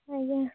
ଆଜ୍ଞା